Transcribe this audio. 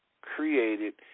created